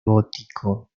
gótico